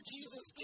Jesus